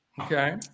Okay